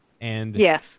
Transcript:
Yes